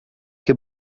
che